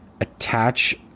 attach